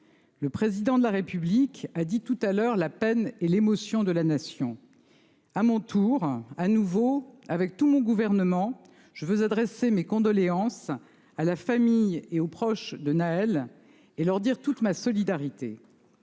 Le Président de la République a dit, ce matin, la peine et l'émotion de la Nation. À mon tour, de nouveau, avec tout mon gouvernement, je veux adresser mes condoléances à la famille et aux proches de Nahel et les assurer de toute ma solidarité.